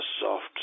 soft